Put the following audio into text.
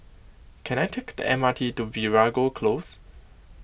can I take the M R T to Veeragoo Close